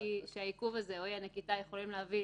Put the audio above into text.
שהעיכוב הזה או אי-הנקיטה יכולים להביא